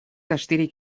astirik